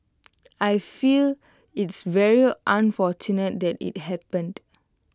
I feel it's very unfortunate that IT happened